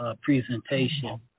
presentation